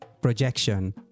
projection